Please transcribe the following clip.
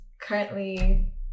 Currently